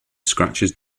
scratches